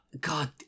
God